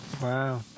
Wow